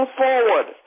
forward